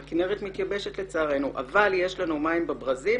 הכינרת מתייבשת לצערנו אבל יש לנו מים בברזים".